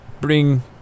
Bring